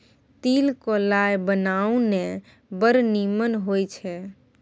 तिल क लाय बनाउ ने बड़ निमन होए छै